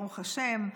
ברוך השם,